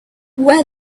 where